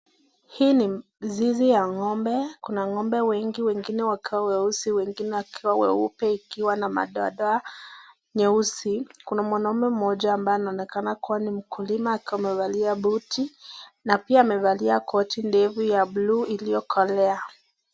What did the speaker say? Hii ni zizi ya ng'ombe. Kuna ng'ombe wengi, wengine wakiwa weusi, wengine wakiwa weupe ikiwa na madoadoa nyeusi. Kuna mwanamme mmoja ambaye anaonekana kuwa ni mkulima akiwa amevalia buti na pia amevalia koti ndefu ya bluu iliyokolea.